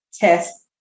test